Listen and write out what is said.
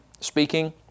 speaking